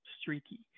streaky